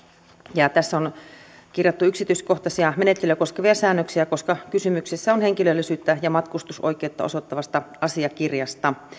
ja tässä on kirjattu yksityiskohtaisia menettelyjä koskevia säännöksiä koska kysymyksessä on henkilöllisyyttä ja matkustusoikeutta osoittava asiakirja